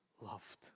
loved